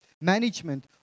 management